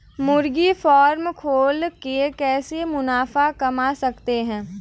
मुर्गी फार्म खोल के कैसे मुनाफा कमा सकते हैं?